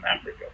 africa